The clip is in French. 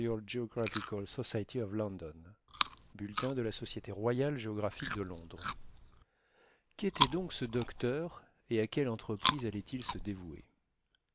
bulletins de la société royale géographique de londres qu'était donc ce docteur et à quelle entreprise allait-il se dévouer